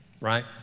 right